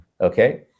okay